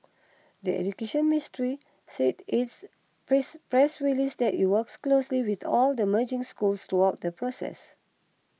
the Education Ministry said its please press release that it worked closely with all the merging schools throughout the process